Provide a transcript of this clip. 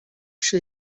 się